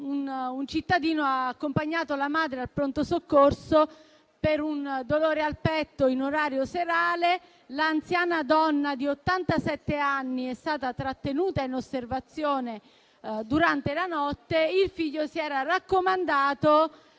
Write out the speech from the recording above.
un cittadino ha accompagnato la madre al pronto soccorso per un dolore al petto in orario serale. L'anziana donna, di ottantasette anni, è stata trattenuta in osservazione durante la notte. Il figlio si era raccomandato